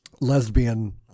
lesbian